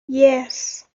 yes